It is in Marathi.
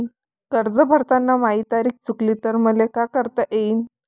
कर्ज भरताना माही तारीख चुकली तर मले का करता येईन?